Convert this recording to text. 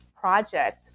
project